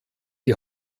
die